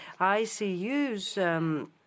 ICU's